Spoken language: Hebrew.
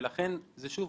שוב,